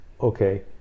okay